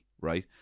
right